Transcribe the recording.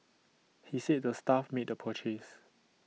he said the staff made the purchase